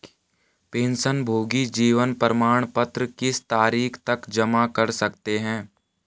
पेंशनभोगी जीवन प्रमाण पत्र किस तारीख तक जमा कर सकते हैं?